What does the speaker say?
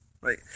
right